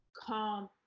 calm